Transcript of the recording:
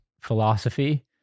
philosophy